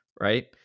right